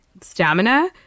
stamina